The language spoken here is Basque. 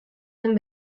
den